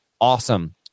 Awesome